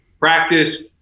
practice